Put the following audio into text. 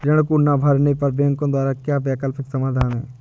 ऋण को ना भरने पर बैंकों द्वारा क्या वैकल्पिक समाधान हैं?